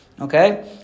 Okay